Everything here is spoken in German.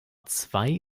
zwei